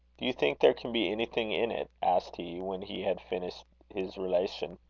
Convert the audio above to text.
do you think there can be anything in it? asked he, when he had finished his relation.